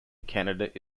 candidate